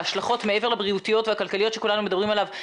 ההשלכות מעבר לבריאותיות והכלכליות שכולנו מדברים עליהן,